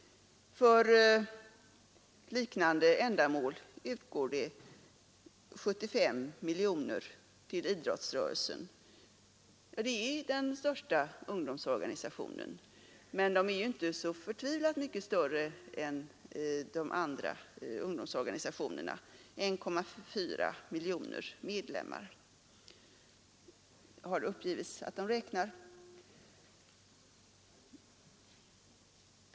För liknande ändamål utgår det 75 miljoner kronor till idrottsrörelsen, som är den största ungdomsorganisationen. Men så förtvivlat mycket större än de övriga ungdomsorganisationerna är den inte; 1,4 miljoner medlemmar har det uppgivits att den räknar.